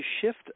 shift